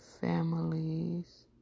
families